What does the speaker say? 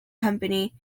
company